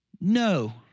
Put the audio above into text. No